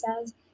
says